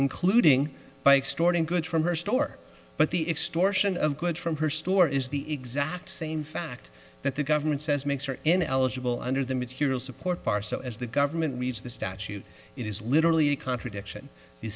including bike store and goods from her store but the extortion of goods from her store is the exact same fact that the government says makes her ineligible under the material support bar so as the government reads the statute it is literally a contradiction